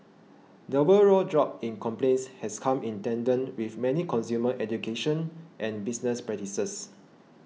the overall drop in complaints has come in tandem with many consumer education and business practices